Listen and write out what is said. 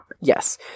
Yes